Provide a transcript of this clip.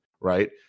right